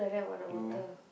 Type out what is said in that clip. no